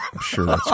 sure